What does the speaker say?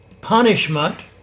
punishment